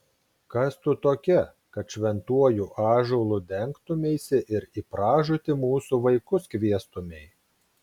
kas tu tokia kad šventuoju ąžuolu dengtumeisi ir į pražūtį mūsų vaikus kviestumei